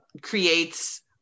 creates